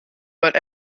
but